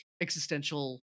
existential